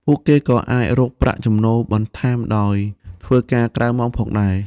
ពួកគេក៏អាចរកប្រាក់ចំណូលបន្ថែមដោយធ្វើការក្រៅម៉ោងផងដែរ។